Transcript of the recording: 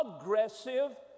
aggressive